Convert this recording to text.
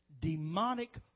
demonic